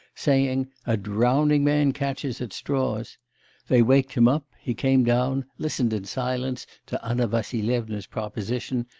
saying a drowning man catches at straws they waked him up he came down, listened in silence to anna vassilyevna's proposition,